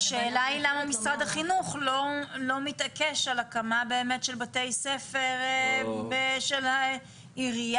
השאלה היא למה משרד החינוך לא מתעקש על הקמה של בתי ספר ושל העירייה,